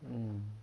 mm